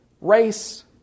race